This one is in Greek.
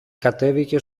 κατέβηκε